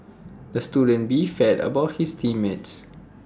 the student beefed about his team mates